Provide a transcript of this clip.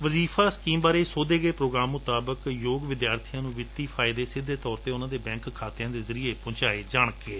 ਵਜ਼ੀਫਾ scheme ਬਾਰੇ ਸੋਧੇ ਗਏ ਪ੍ਰੋਗਰਾਮ ਮੁਤਾਬਕ ਯੋਗ ਵਿਦਿਆਰਥੀਆਂ ਨੂੰ ਵਿੱਤੀ ਫਾਇਦੇ ਸਿੱਧੇ ਤੌਰ ਤੇ ਉਨੂਾਂ ਦੇ ਬੈਂਕ ਖਾਤਿਆਂ ਦੇ ਜ਼ਰੀਏ ਪਹੁੰਚਾਏ ਜਾਣਗੇ